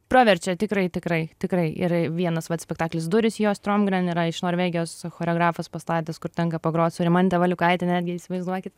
praverčia tikrai tikrai tikrai ir vienas vat spektaklis durys jo stromgren yra iš norvegijos choreografas pastatęs kur tenka pagrot su rimante valiukaite netgi įsivaizduokit